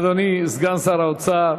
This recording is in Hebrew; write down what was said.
אדוני סגן שר האוצר,